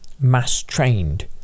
mass-trained